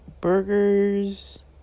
burgers